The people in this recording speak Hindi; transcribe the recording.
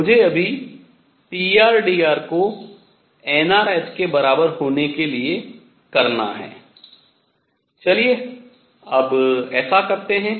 मुझे अभी भी prdr को nrh के बराबर होने के लिए करना है चलिए अब ऐसा करते हैं